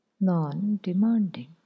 non-demanding